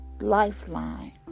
lifeline